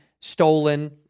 stolen